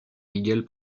miguel